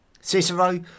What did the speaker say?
cicero